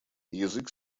язык